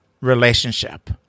relationship